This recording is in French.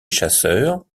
chasseurs